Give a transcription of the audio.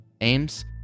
aims